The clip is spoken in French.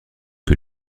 que